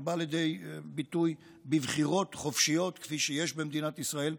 שבא לידי ביטוי בבחירות חופשיות כפי שיש במדינת ישראל,